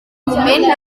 moment